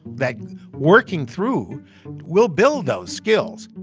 that working through will build those skills